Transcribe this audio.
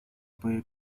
puede